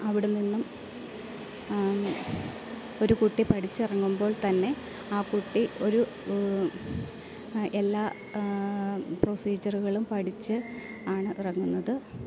അവിടെ നിന്നും ഒരു കുട്ടി പഠിച്ചിറങ്ങുമ്പോൾ തന്നെ ആ കുട്ടി ഒരു എല്ലാ പ്രൊസീജറുകളും പഠിച്ച് ആണ് ഇറങ്ങുന്നത്